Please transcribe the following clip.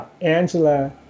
Angela